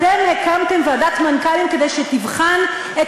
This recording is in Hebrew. אתם הקמתם ועדת מנכ"לים כדי שתבחן את